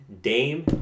Dame